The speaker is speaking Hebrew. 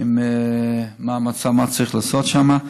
מה צריך לעשות שם.